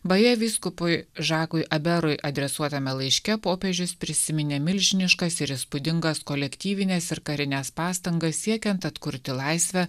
beje vyskupui žakui aberui adresuotame laiške popiežius prisiminė milžiniškas ir įspūdingas kolektyvinės ir karines pastangas siekiant atkurti laisvę